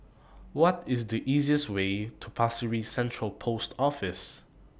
What IS The easiest Way to Pasir Ris Central Post Office